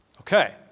Okay